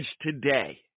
today